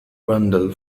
bundle